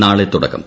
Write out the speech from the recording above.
നാളെ തുടക്കം